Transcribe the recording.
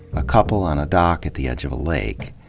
a couple on a dock at the edge of a lake.